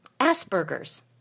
Asperger's